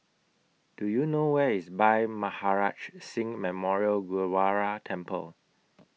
Do YOU know Where IS Bhai Maharaj Singh Memorial Gurdwara Temple